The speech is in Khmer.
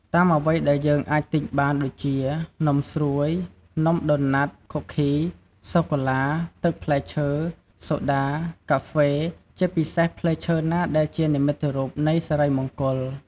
តាមអ្វីដែលយើងអាចទិញបានដូចជា នំស្រួយ នំដូណាត់ ខូឃី សូកូឡា ទឹកផ្លែឈើ សូដា កាហ្វេ ជាពិសេសផ្លែឈើណាដែលជានិមិត្តរូបនៃសិរីមង្គល។